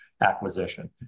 acquisition